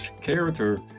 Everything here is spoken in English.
character